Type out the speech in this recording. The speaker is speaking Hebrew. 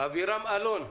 אבירם אלון,